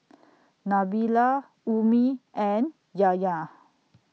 Nabila Ummi and Yahya